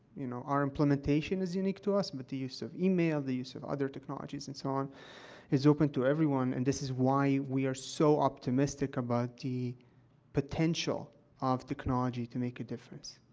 you know, our implementation is unique to us, but the use of email, the use of other technologies, and so on is open to everyone, and this is why we are so optimistic about the potential of technology to make a difference.